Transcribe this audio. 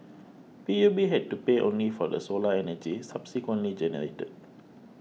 P U B had to pay only for the solar energy subsequently generated